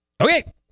Okay